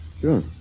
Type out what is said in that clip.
Sure